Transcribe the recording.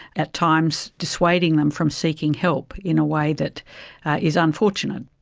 at times dissuading them from seeking help in a way that is unfortunate.